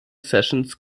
sessions